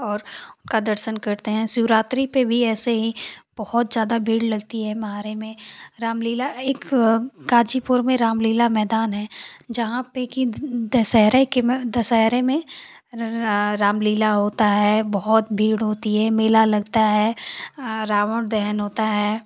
और उनका दर्शन करते हैं शिवरात्रि पर भी ऐसे ही बहुत ज़्यादा भीड़ लगती है महारे में रामलीला एक गाज़ीपुर में रामलीला मैदान है जहाँ पर कि दशहरा की में दशहरे में रामलीला होती है बहुत भीड़ होती है मेला लगता है रावण दहन होता है